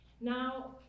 Now